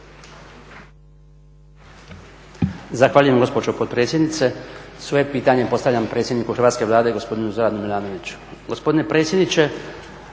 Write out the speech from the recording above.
Hvala vam